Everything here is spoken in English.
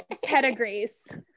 categories